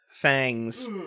Fangs